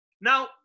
Now